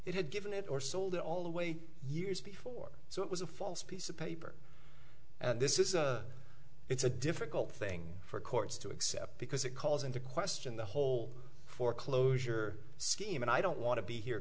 it had given it or sold it all the way years before so it was a false piece of paper and this is a it's a difficult thing for courts to accept because it calls into question the whole foreclosure scheme and i don't want to be here